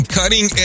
cutting